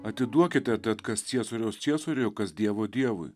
atiduokite tad kas ciesoriaus ciesoriui o kas dievo dievui